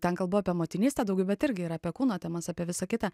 ten kalbu apie motinystę daugiau bet irgi ir apie kūno temas apie visą kitą